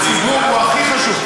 הציבור הוא הכי חשוב.